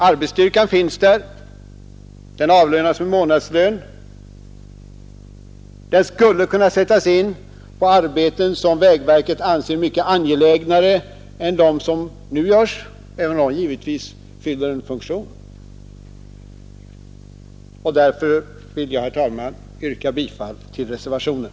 Arbetsstyrkan finns där, den avlönas med månadslön, och den skulle kunna sättas in på arbeten, som vägverket anser angelägnare än de som nu görs, även om de givetvis fyller en funktion. Därför vill jag yrka bifall till reservationen.